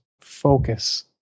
focus